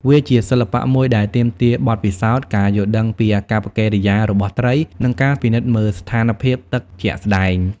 វាជាសិល្បៈមួយដែលទាមទារបទពិសោធន៍ ការយល់ដឹងពីអាកប្បកិរិយារបស់ត្រី និងការពិនិត្យមើលស្ថានភាពទឹកជាក់ស្តែង។